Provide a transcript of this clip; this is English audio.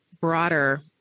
broader